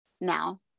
now